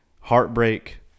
heartbreak